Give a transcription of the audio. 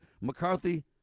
McCarthy